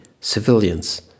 civilians